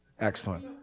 Excellent